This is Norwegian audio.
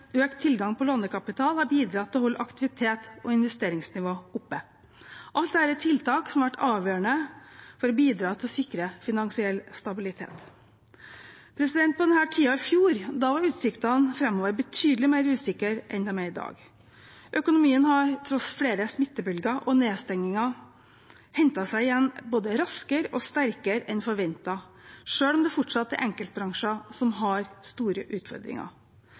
økt tilgang på lånekapital, har bidratt til å holde aktivitet og investeringsnivå oppe. Alt dette er tiltak som har vært avgjørende for å bidra til å sikre finansiell stabilitet. På denne tiden i fjor var utsiktene framover betydelig mer usikre enn de er i dag. Økonomien har, tross flere smittebølger og nedstenginger, hentet seg inn igjen både raskere og sterkere enn forventet, selv om det fortsatt er enkeltbransjer som har store utfordringer.